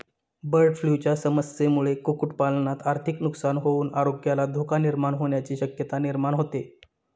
बर्डफ्लूच्या समस्येमुळे कुक्कुटपालनात आर्थिक नुकसान होऊन आरोग्याला धोका निर्माण होण्याची शक्यता निर्माण होते